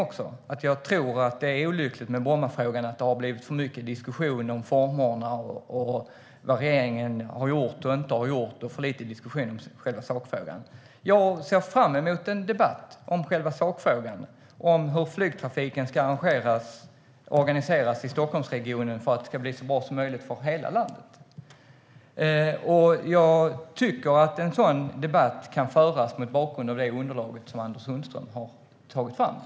När det gäller Brommafrågan tror jag att det är olyckligt att det blivit för mycket diskussion om formerna och vad regeringen har gjort och inte gjort, och för lite diskussion om själva sakfrågan. Jag ser fram emot en debatt om sakfrågan - hur flygtrafiken ska arrangeras och organiseras i Stockholmsregionen för att det ska bli så bra som möjligt för hela landet. Jag tycker att en sådan debatt kan föras mot bakgrund av det underlag som Anders Sundström har tagit fram.